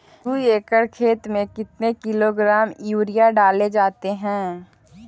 दू एकड़ खेत में कितने किलोग्राम यूरिया डाले जाते हैं?